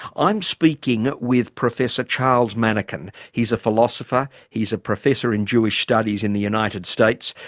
i'm speaking with professor charles manekin. he's a philosopher, he's a professor in jewish studies in the united states.